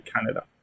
Canada